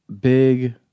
big